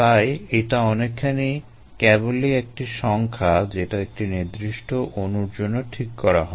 তাই এটা অনেকখানি কেবলই একটা সংখ্যা যেটা একটি নির্দিষ্ট অণুর জন্য ঠিক করা হয়